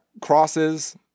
crosses